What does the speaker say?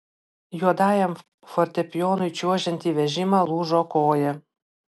juodajam fortepijonui čiuožiant į vežimą lūžo koja